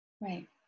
Right